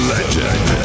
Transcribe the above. Legend